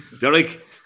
derek